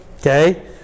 Okay